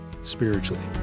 spiritually